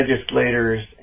legislators